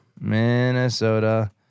Minnesota